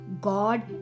God